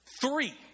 Three